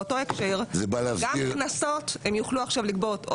באותו הקשר גם קנסות הם יוכלו עכשיו לגבות או